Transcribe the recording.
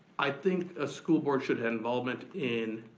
i think a school board should have involvement in